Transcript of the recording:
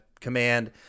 command